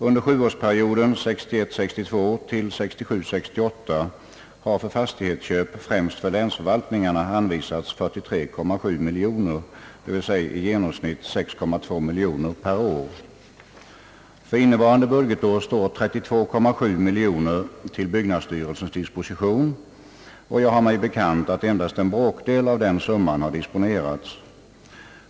Under sjuårsperioden 1961 68 har för fastighetsköp, främst för länsförvaltningarna, anvisats 43,7 miljoner kronor, d.v.s. i genomsnitt 6,3 miljoner per år. För innevarande budgetår står 32,7 miljoner kronor till byggnadsstyrelsens disposition, och jag har mig bekant att endast en bråkdel av denna summa har disponerats.